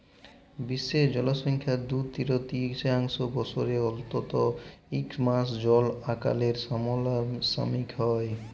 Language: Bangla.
বিশ্বের জলসংখ্যার দু তিরতীয়াংশ বসরে অল্তত ইক মাস জল আকালের সামলাসামলি হ্যয়